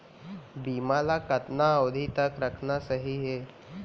बीमा ल कतना अवधि तक रखना सही हे?